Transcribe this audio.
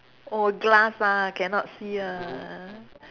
oh glass lah cannot see ah